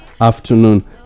afternoon